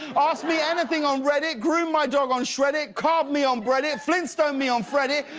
ask me anything on reddit, groom my dog on sheddit, carb me on bread-it, flintstone me on fred it,